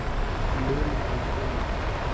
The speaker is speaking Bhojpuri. लोन कईसे ली?